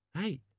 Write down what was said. Hey